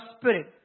spirit